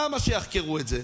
למה שיחקרו את זה?